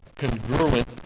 congruent